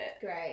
Great